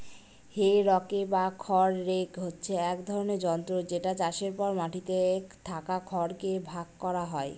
হে rake বা খড় rake হচ্ছে এক ধরনের যন্ত্র যেটা চাষের পর মাটিতে থাকা খড় কে ভাগ করা হয়